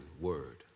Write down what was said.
word